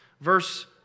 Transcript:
verse